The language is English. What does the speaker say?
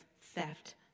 theft